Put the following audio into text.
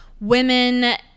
women